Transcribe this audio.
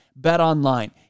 BetOnline